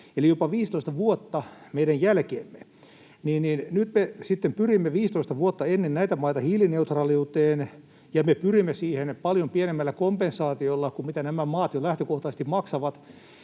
eli jopa 15 vuotta meidän jälkeemme. Nyt me sitten pyrimme 15 vuotta ennen näitä maita hiilineutraaliuteen, ja me pyrimme siihen paljon pienemmällä kompensaatiolla kuin mitä nämä maat jo lähtökohtaisesti maksavat.